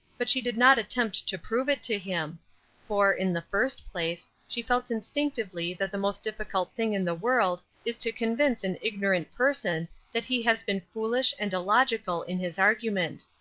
but she did not attempt to prove it to him for, in the first place, she felt instinctively that the most difficult thing in the world is to convince an ignorant person that he has been foolish and illogical in his argument.